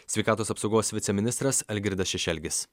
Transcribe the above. sveikatos apsaugos viceministras algirdas šešelgis